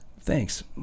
thanks